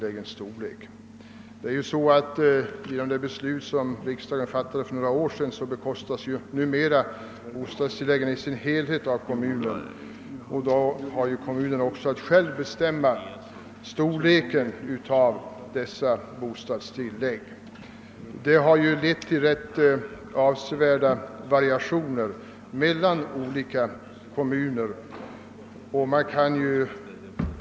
Genom det beslut som riksdagen för några år sedan fattade bekostas bostadstilläggen numera i sin helhet av kommunerna. Därför har kommunerna också att själva bestämma storleken av dessa bostadstillägg. Detta har lett till avsevärda variationer mellan olika kommuner.